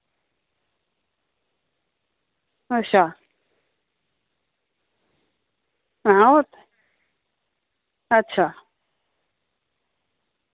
अच्छा आं अच्छा